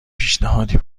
پیشنهادی